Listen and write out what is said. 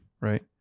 right